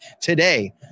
today